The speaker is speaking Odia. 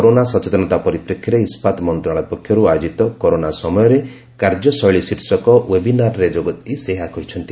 କରୋନା ସଚେତନତା ପରିପ୍ରେକ୍ଷୀରେ ଇସ୍କାତ ମନ୍ତ୍ରଶାଳୟ ପକ୍ଷରୁ ଆୟୋଜିତ କରୋନା ସମୟରେ କାର୍ଯ୍ୟଶୈଳୀ ଶୀର୍ଷକ ଓ୍ବେବିନାରରେ ଯୋଗଦେଇ ସେ ଏହା କହିଛନ୍ତି